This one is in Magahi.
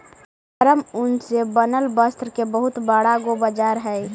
नरम ऊन से बनल वस्त्र के बहुत बड़ा गो बाजार हई